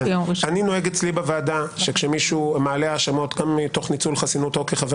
אני נוהג אצלי בוועדה שכשמישהו מעלה האשמות גם מתוך ניצול חסינותו כחבר